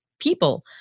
people